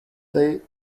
they